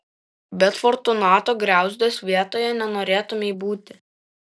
bet fortunato griauzdės vietoje nenorėtumei būti